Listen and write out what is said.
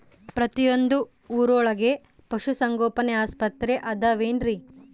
ಪ್ರತಿಯೊಂದು ಊರೊಳಗೆ ಪಶುಸಂಗೋಪನೆ ಆಸ್ಪತ್ರೆ ಅದವೇನ್ರಿ?